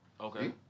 Okay